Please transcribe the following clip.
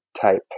type